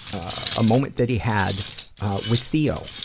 a moment that he had ah with theo,